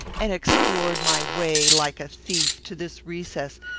and explored my way, like a thief, to this recess,